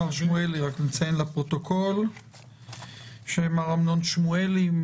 שלום אמנון שמואלי,